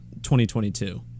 2022